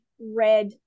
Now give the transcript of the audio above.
red